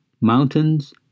mountains